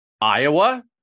Iowa